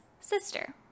sister